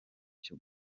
cyo